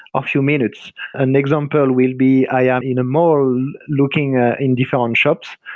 ah few minutes an example will be i am in a mall looking ah in different and shops.